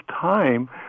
time